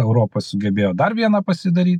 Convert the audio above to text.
europa sugebėjo dar vieną pasidaryt